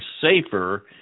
safer